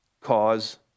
cause